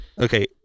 okay